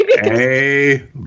Hey